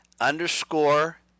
underscore